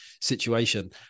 situation